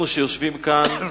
אנחנו, שיושבים כאן,